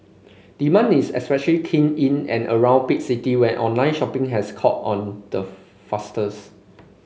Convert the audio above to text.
demand is especially keen in and around big city where online shopping has caught on the fastest